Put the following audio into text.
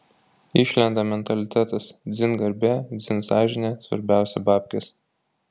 išlenda mentalitetas dzin garbė dzin sąžinė svarbiausia babkės